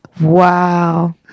Wow